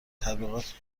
تبلیغات